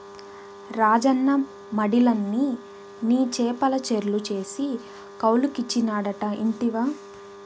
రాజన్న మడిలన్ని నీ చేపల చెర్లు చేసి కౌలుకిచ్చినాడట ఇంటివా